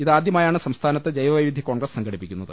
ഇതാദ്യമായാണ് സംസ്ഥാനത്ത് ജൈവവൈവിധ്യ കോൺഗ്രസ് സംഘടിപ്പിക്കുന്നത്